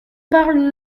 parle